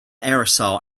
aerosol